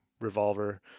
revolver